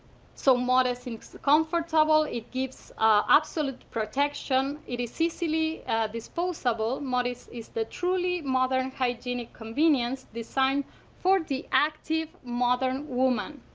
so modess and comfortable, it gives absolute protection, it is easily disposable. modess is the truly modern hygienic convenience designed for the active modern woman.